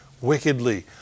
wickedly